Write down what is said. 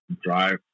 drive